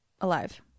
Alive